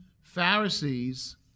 Pharisees